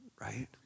right